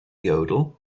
yodel